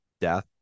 death